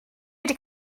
wedi